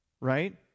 right